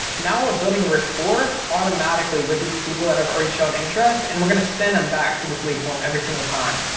now we're building a rapport automatically with these people that have already shown interest and we're gonna send them back to this lead form every single time.